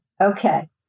Okay